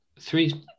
three